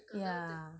yeah